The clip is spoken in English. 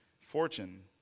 fortune